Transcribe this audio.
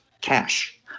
cash